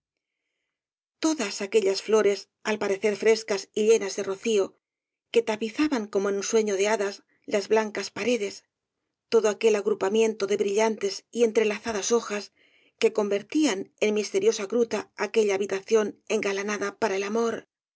todas aquellas flores al parecer frescas y llenas de rocío que tapizaban como en un sueño de hadas las blancas paredes todo aquel agolpamiento de brillantes y entrelazadas hojas que convertían en misteriosa gruta aquella habitación engalanada para el amor